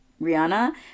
Rihanna